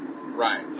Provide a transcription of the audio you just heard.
Right